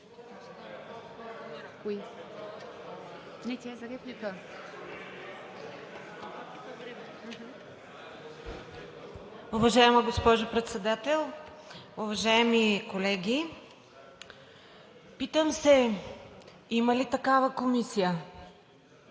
Уважаема госпожо Председател, уважаеми колеги! Питам се: има ли такава комисия?